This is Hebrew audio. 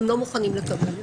הם לא מוכנים לקבל את זה.